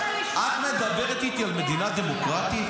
את מדברת איתי על מדינה דמוקרטית?